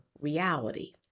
reality